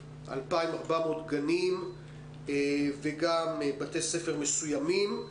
2,400 גנים וגם בתי ספר מסוימים.